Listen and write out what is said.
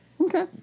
Okay